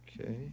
Okay